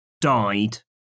died